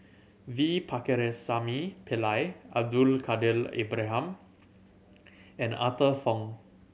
V Pakirisamy Pillai Abdul Kadir Ibrahim and Arthur Fong